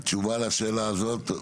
תשובה לשאלה הזאת.